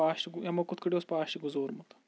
past یِمو کِتھٕ پٲٹھۍ اوس پاسٹ گُزورمُت